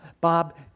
Bob